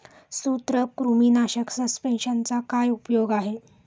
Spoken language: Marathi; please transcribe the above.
सूत्रकृमीनाशक सस्पेंशनचा काय उपयोग आहे?